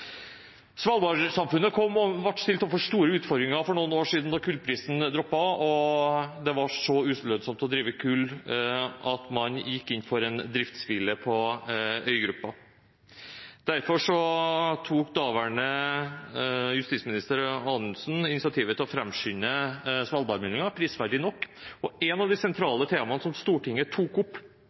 stilt overfor store utfordringer for noen år siden da kullprisen gikk ned og det var så ulønnsomt å drive kull at man gikk inn for en driftshvile på øygruppa. Derfor tok daværende justisminister, Anundsen, initiativ til å framskynde Svalbard-meldingen, prisverdig nok. Et av de sentrale temaene Stortinget tok opp